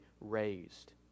raised